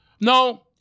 No